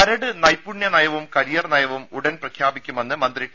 കരട് നൈപുണ്യ നയവും കരിയർ നയവും ഉടൻ പ്രഖ്യാപിക്കുമെന്ന് മന്ത്രി ടി